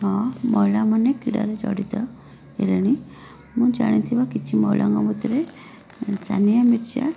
ହଁ ମହିଳାମାନେ କ୍ରୀଡ଼ାରେ ଜଡ଼ିତ ହେଲେଣି ମୁଁ ଜାଣିଥିବା କିଛି ମହିଳାଙ୍କ ମଧ୍ୟରେ ସାନିଆ ମିର୍ଜା